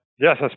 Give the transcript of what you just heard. Yes